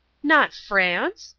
not france?